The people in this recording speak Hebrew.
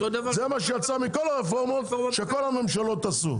זה מה שיצא מכל הרפורמות שכל הממשלות עשו.